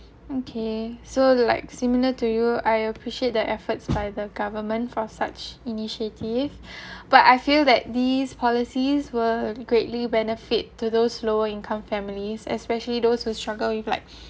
okay so like similar to you I appreciate the efforts by the government for such initiative but I feel that these policies were greatly benefit to those lower income families especially those who struggle with like